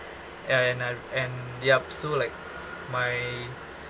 and I and yup so like my